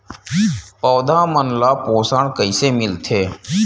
पौधा मन ला पोषण कइसे मिलथे?